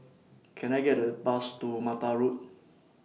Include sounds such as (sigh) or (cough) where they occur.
(noise) Can I Take A Bus to Mattar Road